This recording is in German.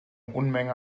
unmenge